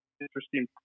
interesting